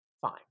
fine